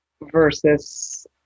versus